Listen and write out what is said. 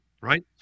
Right